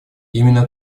именно